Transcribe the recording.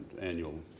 annual